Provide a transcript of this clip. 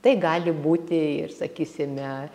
tai gali būti ir sakysime